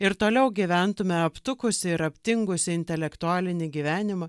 ir toliau gyventume aptukusį ir aptingusį intelektualinį gyvenimą